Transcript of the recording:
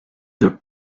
the